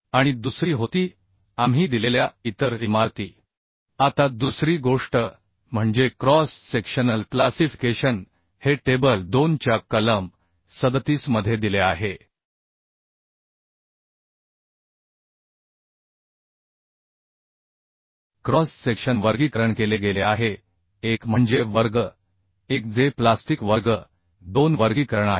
आणि दुसरी होती आम्ही दिलेल्या इतर इमारती आता दुसरी गोष्ट म्हणजे क्रॉस सेक्शनल क्लासिफिकेशन हे टेबल 2 च्या कलम 37 मध्ये दिले आहे क्रॉस सेक्शन वर्गीकरण केले गेले आहे एक म्हणजे वर्ग 1 जे प्लास्टिक वर्ग 2 वर्गीकरण आहे